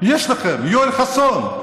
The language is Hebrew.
יש לכם: יואל חסון.